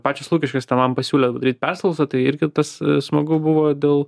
pačios lukiškės ten man pasiūlė padaryt perklausą tai irgi tas smagu buvo dėl